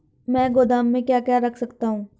मैं गोदाम में क्या क्या रख सकता हूँ?